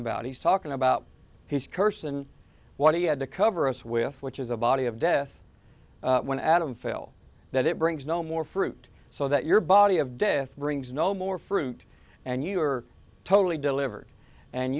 about he's talking about his curse and what he had to cover us with which is a body of death when adam fail that it brings no more fruit so that your body of death brings no more fruit and you are totally delivered and